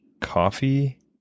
coffee